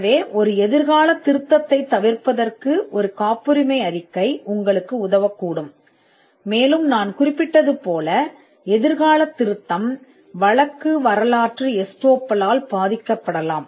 எனவே ஒரு எதிர்கால திருத்தத்தைத் தவிர்க்க காப்புரிமை அறிக்கை உங்களுக்கு உதவக்கூடும் மேலும் நான் குறிப்பிட்டது போல் எதிர்காலத் திருத்தம் வழக்கு வரலாற்று எஸ்தோப்பால் பாதிக்கப்படலாம்